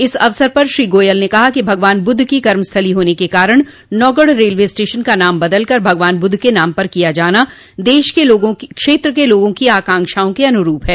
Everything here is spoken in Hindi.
इस अवसर पर श्री गोयल ने कहा कि भगवान बुद्ध की कर्मस्थली होने के कारण नौगढ़ रेलवे स्टेशन का नाम बदल कर भगवान बुद्ध के नाम पर किया जाना क्षेत्र के लोगों की आकांक्षाओं के अनुरूप है